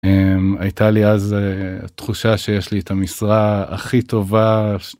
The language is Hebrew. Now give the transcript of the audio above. הייתה לי אז תחושה שיש לי את המשרה הכי טובה.